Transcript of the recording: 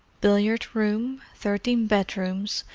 billiard-room, thirteen bedrooms,